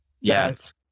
Yes